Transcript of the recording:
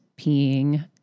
peeing